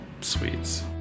sweets